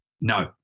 No